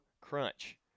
Crunch